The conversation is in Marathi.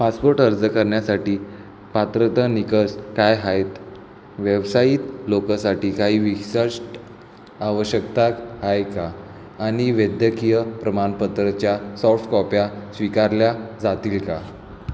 पासपोर्ट अर्ज करण्यासाठी पात्रता निकष काय आहेत व्यावसायीक लोकांसाठी काही विशिष्ट आवश्यकता आहेत का आणि वैद्यकीय प्रमाणपत्राच्या सॉफ्टकॉप्या स्वीकारल्या जातील का